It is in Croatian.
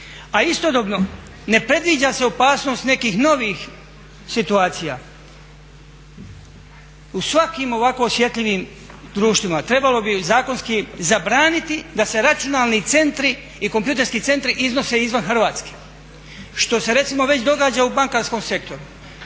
a istodobno ne predviđa se opasnost nekih novih situacija. U svakim ovako osjetljivim društvima trebalo bi zakonski zabraniti da se računalni centri i kompjuterski centri iznose izvan Hrvatske što se recimo već događa u bankarskom sektoru.